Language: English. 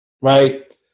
Right